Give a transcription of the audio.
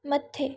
मथे